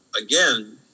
again